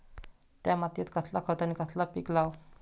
त्या मात्येत कसला खत आणि कसला पीक लाव?